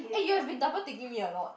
eh you've been double ticking me a lot